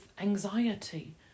anxiety